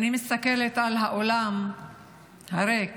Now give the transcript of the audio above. אני מסתכלת על האולם הריק